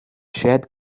shed